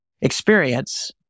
experience